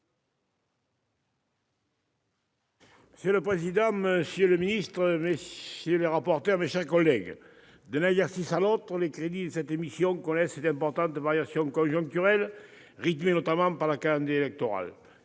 Monsieur le président, monsieur le ministre, messieurs les rapporteurs, mes chers collègues, d'un exercice à l'autre, les crédits de cette mission connaissent d'importantes variations conjoncturelles, rythmées notamment par le calendrier électoral.